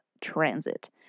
transit